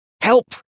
Help